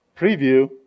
preview